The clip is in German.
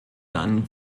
dann